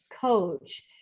coach